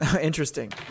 Interesting